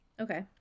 Okay